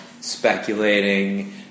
speculating